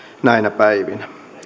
näinä päivinä